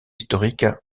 historiques